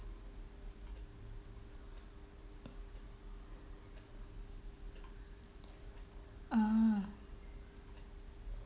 ah